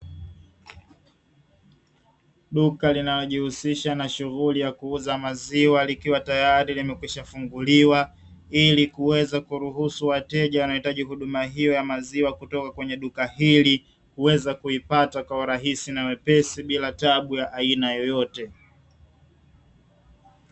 Duka linalo jihusisha na shughuli ya kuuza maziwa, likiwa tayari limekwisha funguliwa, ili kuweza kuruhusu wateja wanaohitaji huduma hio ya maziwa kutoka kwenye duka hili kuweza kuipata kwa urahisi na wepesi bila tabu ya aina yoyote.